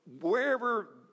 wherever